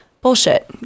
Bullshit